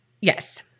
Yes